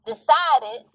Decided